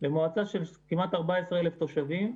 וזה במועצה של כמעט 14,000 תושבים,